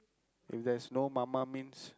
if there's no mama means